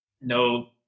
no